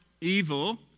evil